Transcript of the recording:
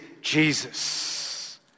Jesus